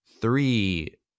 three